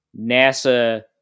NASA